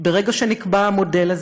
ברגע שנקבע המודל הזה,